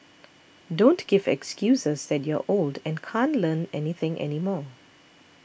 don't give excuses that you're old and can't Learn Anything anymore